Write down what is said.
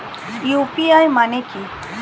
UPI মানে কি?